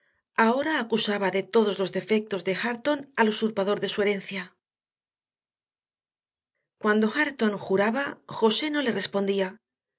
ahora acusaba de todos los defectos de hareton al usurpador de su herencia cuando hareton juraba josé no le respondía